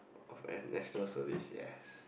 of N National Service yes